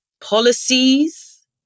policies